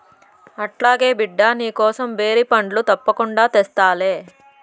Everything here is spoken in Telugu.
అట్లాగే బిడ్డా, నీకోసం బేరి పండ్లు తప్పకుండా తెస్తాలే